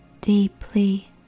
deeply